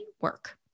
work